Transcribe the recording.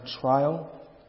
trial